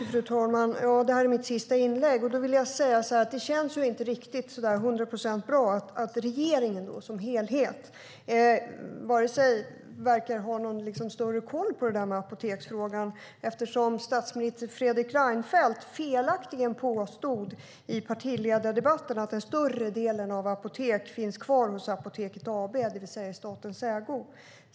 Fru talman! Det känns inte hundraprocentigt bra att regeringen som helhet inte har koll på apoteksfrågan. Statsministern påstod felaktigt i partiledardebatten att en större del av apoteken finns kvar hos Apoteket AB, det vill säga i statens ägo.